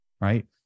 right